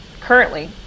currently